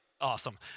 awesome